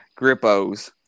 Grippos